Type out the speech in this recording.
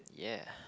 yeah